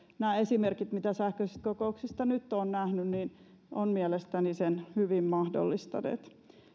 nämä esimerkit mitä sähköisistä kokouksista nyt olen nähnyt ovat mielestäni sen hyvin mahdollistaneet